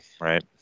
right